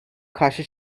karşı